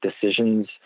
decisions